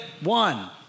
one